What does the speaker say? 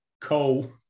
coal